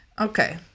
Okay